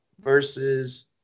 versus